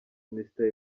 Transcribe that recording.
mister